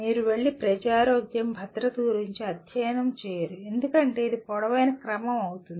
మీరు వెళ్లి ప్రజారోగ్యం భద్రత గురించి అధ్యయనం చేయరు ఎందుకంటే ఇది పొడవైన క్రమం అవుతుంది